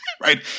Right